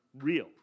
real